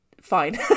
fine